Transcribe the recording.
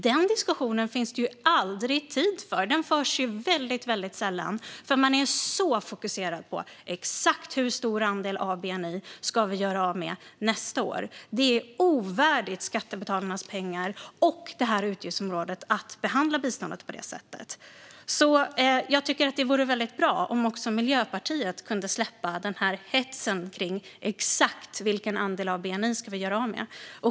Den diskussionen finns det aldrig tid för; den förs väldigt sällan, för man är så fokuserad på frågan om exakt hur stor andel av bni vi ska göra av med nästa år. Det är ovärdigt gentemot skattebetalarnas pengar och det här utgiftsområdet att behandla biståndet på det sättet. Jag tycker att det vore väldigt bra om också Miljöpartiet kunde släppa hetsen kring exakt vilken andel av bni vi ska göra av med.